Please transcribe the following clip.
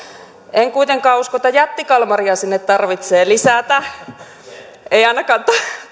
en kuitenkaan usko että jättikalmaria sinne tarvitsee lisätä se ei ainakaan